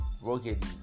rugged